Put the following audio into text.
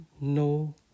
no